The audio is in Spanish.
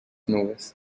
nubes